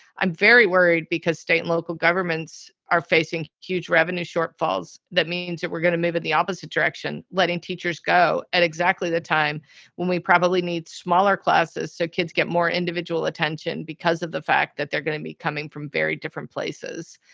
i'm very worried because state and local governments are facing huge revenue shortfalls. that means that we're going to move in the opposite direction, letting teachers go at exactly the time when we probably need smaller classes so kids get more individual attention because of the fact that they're going to be coming from very different places,